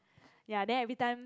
ya then every time